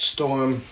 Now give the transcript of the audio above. Storm